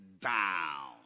down